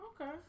Okay